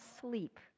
sleep